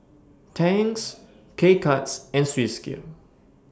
Tangs K Cuts and Swissgear